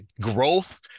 growth